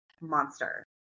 Monster